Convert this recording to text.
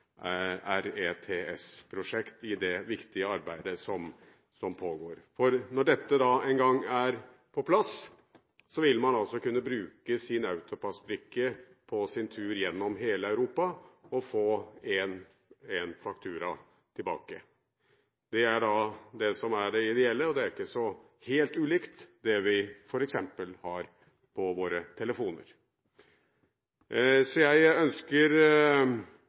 RETS-prosjekt, i det viktige arbeidet som pågår. For når dette en gang er på plass, vil man altså kunne bruke sin autopassbrikke på tur gjennom hele Europa og få én faktura tilbake. Det er det som er det ideelle, og det er ikke så helt ulikt det vi f.eks. har på våre telefoner. Så jeg ønsker